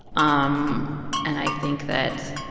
um and i think that,